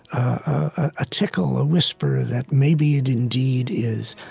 a tickle, a whisper, that maybe it indeed is.